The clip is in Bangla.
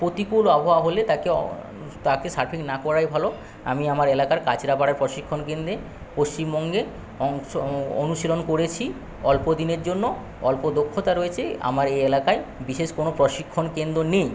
প্রতিকূল আবহাওয়া হলে তাকে তাকে সার্ফিং না করাই ভালো আমি আমার এলাকার কাঁছড়াপাড়া প্রশিক্ষণ কেন্দ্রে পশ্চিমবঙ্গে অংশ অনুশীলন করেছি অল্পদিনের জন্য অল্প দক্ষতা রয়েছে আমার এই এলাকায় বিশেষ কোন প্রশিক্ষণ কেন্দ্র নেই